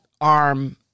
arm